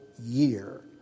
year